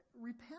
repent